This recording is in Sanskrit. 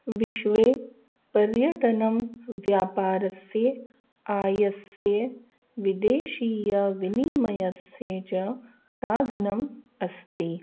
विश्वे पर्यटनं व्यापारस्य आयस्य विदेशीयविनिमयस्य च साधनम् अस्ति